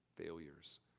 failures